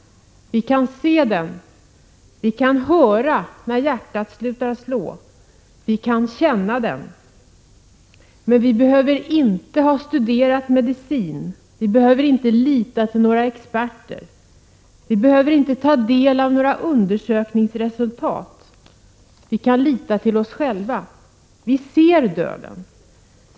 Vi kan se den, vi kan höra när hjärtat slutar slå, vi kan känna den. Men vi behöver inte ha studerat medicin, vi behöver inte lita till några experter, vi behöver inte ta del av några undersökningsresultat — vi kan lita till oss själva. Vi ser döden.